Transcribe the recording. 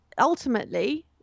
Ultimately